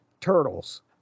Turtles